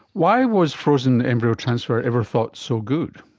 why was frozen embryo transfer ever thought so good?